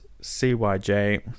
CYJ